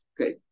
Okay